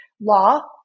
law